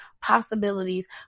possibilities